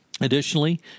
Additionally